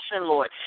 Lord